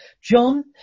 John